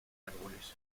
árboles